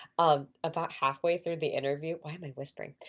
um about halfway through the interview. why am i whispering?